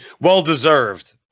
well-deserved